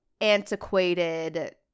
antiquated